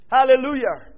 Hallelujah